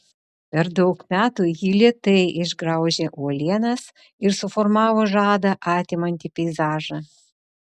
per daug metų ji lėtai išgraužė uolienas ir suformavo žadą atimantį peizažą